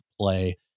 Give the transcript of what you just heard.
play